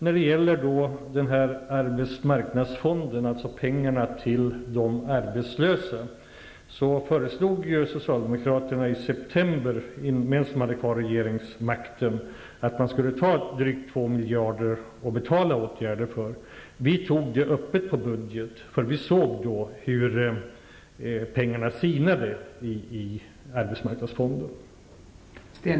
När det gäller arbetsmarknadsfonden, pengarna till de arbetslösa, föreslog socialdemokraterna i september -- medan de hade kvar regeringsmakten -- att man skulle ta drygt två miljarder och betala åtgärder. Vi tog det öppet i budgeten, eftersom vi såg hur pengarna sinade i arbetsmarknadsfonden.